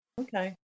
Okay